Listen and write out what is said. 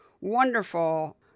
wonderful